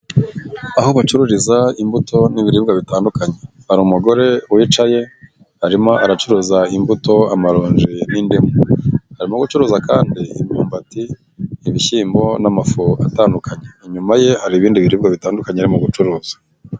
Aho bacururiza imbuto n'ibiribwa bitandukanye. Hari umugore wicaye, arimo aracuruza imbuto, amaronje n'indimu. Arimo gucuruza kandi imyumbati, ibishyimbo n'amafu atandukanye. Inyuma ye hari ibindi biribwa bitandukanye arimo gucuruza.